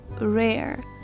rare